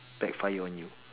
backfire on you